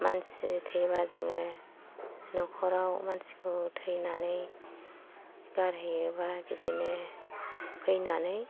मानसि थैबा जोङो न'खराव मानसिखौ थैनानै गारहैयोबा बिदिनो फैनानै